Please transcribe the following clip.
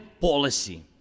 policy